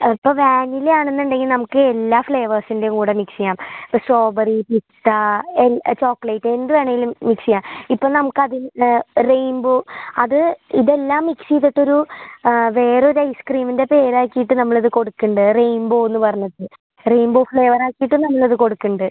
അപ്പോൾ വാനില ആണെന്നുണ്ടെങ്കിൽ നമുക്ക് എല്ലാ ഫ്ലേവേർസിൻ്റെ കൂടെ മിക്സ് ചെയ്യാം സ്ട്രോബെറി പിസ്ത ചോക്ലേറ്റ് എന്ത് വേണമെലും മിക്സ് ചെയ്യാം ഇപ്പം നമുക്കതിൻ്റെ റെയിൻബോ അത് ഇതെല്ലാം മിക്സ് ചെയ്തിട്ടൊരു വേറെ ഒരു ഐസ്ക്രീമിൻ്റെ പേരാക്കിയിട്ട് നമ്മളത് കൊടുക്കുന്നുണ്ട് റെയിൻബോ എന്ന് പറഞ്ഞത് റെയിൻബോ ഫ്ലേവർ ആക്കിയിട്ട് നമ്മളത് കൊടുക്കുന്നുണ്ട്